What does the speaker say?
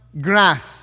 grass